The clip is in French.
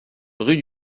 rue